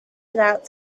without